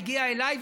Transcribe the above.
הגיע אליי,